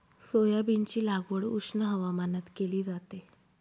सोयाबीनची लागवड उष्ण हवामानात केली जाते